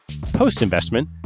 Post-investment